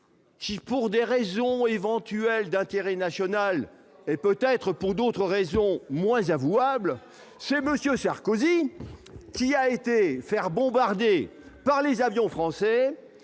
Qui pour des raisons éventuelles d'intérêt national et peut-être pour d'autres raisons moins avouables chez Monsieur Sarkozy qui a été faire bombarder par les avions français